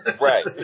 right